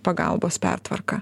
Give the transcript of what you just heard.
pagalbos pertvarka